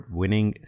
winning